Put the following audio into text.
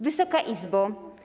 Wysoka Izbo!